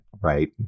Right